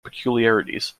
peculiarities